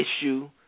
issue